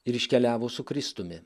ir iškeliavo su kristumi